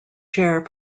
chair